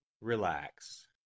relax